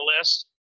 list